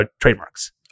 trademarks